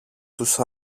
τους